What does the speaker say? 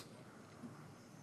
שלוש דקות.